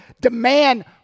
demand